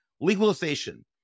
legalization